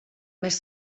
més